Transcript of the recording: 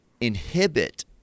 inhibit